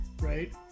right